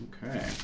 Okay